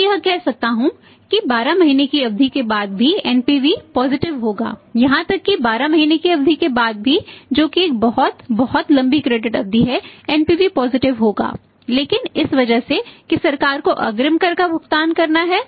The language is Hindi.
मैं यह कह सकता हूं कि 12 महीने की अवधि के बाद भी एनपीवी होगा लेकिन इस वजह से कि सरकार को अग्रिम कर का भुगतान करना है